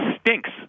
stinks